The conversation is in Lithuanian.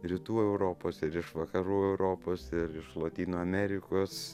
rytų europos ir iš vakarų europos ir iš lotynų amerikos